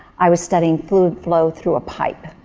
i was studying fluid flow through a pipe.